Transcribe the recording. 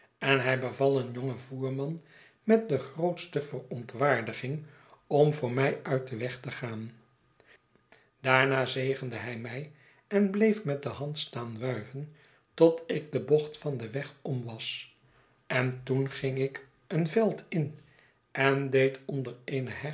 en hij beval een jongen voerman met de grootste verontwaardiging om voor mij uit den weg te gaan daarna zegende hij mij en bleef met de hand staan wuiven tot ik de bocht van den weg om was en toen ging ik een veld in en deed onder eene